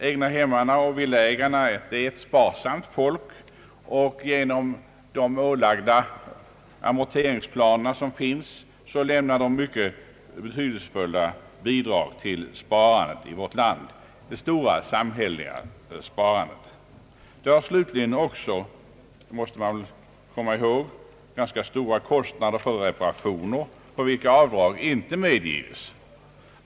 Egnahemsägarna och villaägarna är ett sparsamt folk, som genom amorteringarna lämnar mycket betydelsefulla bidrag till det stora samhälleliga sparandet. Man bör också komma ihåg att de har stora kostnader för reparationer, för vilka avdrag inte medges.